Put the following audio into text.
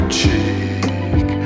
cheek